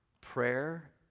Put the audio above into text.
prayer